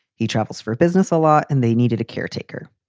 he travels for business a lot and they needed a caretaker.